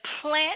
plant